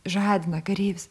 žadina karys